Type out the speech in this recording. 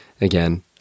Again